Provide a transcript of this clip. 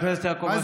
חבר הכנסת יעקב אשר.